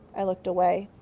i looked away.